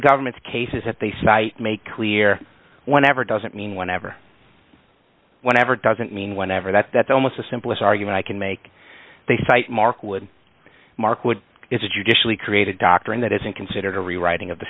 the government's cases that they cite make clear whenever doesn't mean whenever whenever doesn't mean whenever that that's almost the simplest argument i can make they cite mark would mark would it judicially create a doctrine that isn't considered a rewriting of the